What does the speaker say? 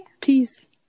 Peace